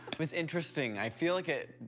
was interesting, i feel like it.